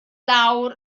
lawr